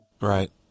Right